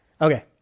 Okay